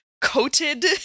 coated